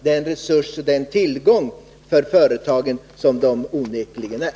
De skall också utgöra den tillgång för företagen som de onekligen är.